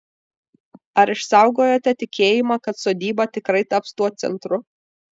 ar išsaugojote tikėjimą kad sodyba tikrai taps tuo centru